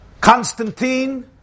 Constantine